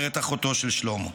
אומרת אחותו של שלמה.